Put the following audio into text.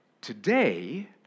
today